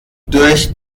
durch